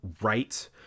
right